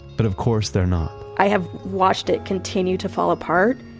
but of course, they're not i have watched it continue to fall apart.